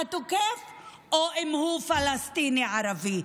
או אם הוא פלסטיני ערבי.